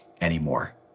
anymore